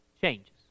changes